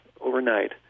overnight